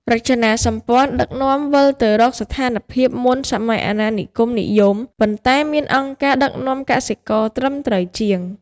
រចនាសម្ព័ន្ធដឹកនាំវិលទៅរកស្ថានភាពមុនសម័យអាណានិគមនិយម ប៉ុន្តែមានអង្គការដឹកនាំកសិករត្រឹមត្រូវជាង។